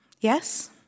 Yes